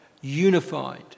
unified